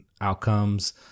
outcomes